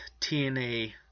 TNA